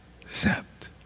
accept